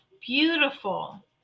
beautiful